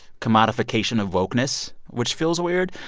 commodification of wokeness, which feels weird.